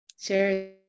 Sure